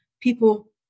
people